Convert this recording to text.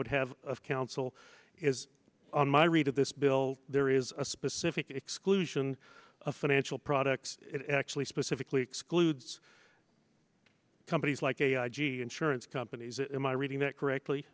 would have counsel is on my read of this bill there is a specific exclusion of financial products it actually specifically excludes companies like g e insurance companies am i reading that correctly